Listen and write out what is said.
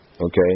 okay